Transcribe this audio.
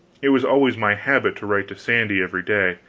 it was always my habit to write to sandy every day,